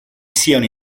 siano